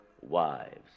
wives